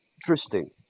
interesting